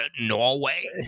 Norway